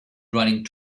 running